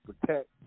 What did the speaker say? protect